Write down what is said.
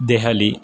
Delhi